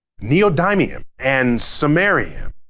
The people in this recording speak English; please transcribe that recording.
neodymium and samarium,